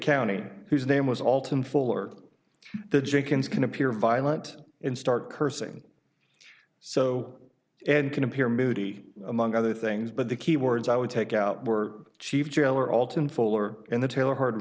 county whose name was alton fuller the jenkins can appear violent in start cursing so and can appear moody among other things but the key words i would take out were chief jailer alton fuller and the ta